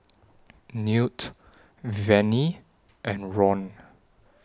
Newt Vennie and Ron